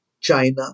China